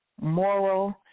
moral